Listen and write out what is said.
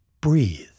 breathe